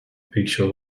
picture